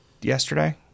yesterday